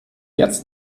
jetzt